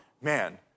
man